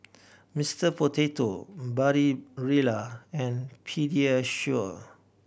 Mister Potato Barilla and Pediasure